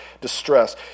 distress